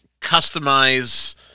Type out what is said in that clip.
customize